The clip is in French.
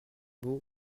beau